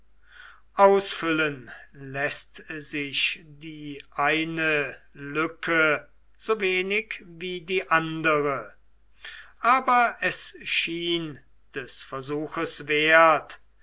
ausfüllen läßt sich die eine lücke sowenig wie die andere aber es schien des versuches wert